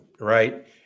right